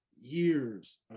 years